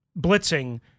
blitzing